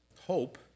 hope